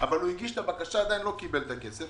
אבל הוא הגיש את הבקשה, עדיין לא קיבל את הכסף.